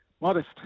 modest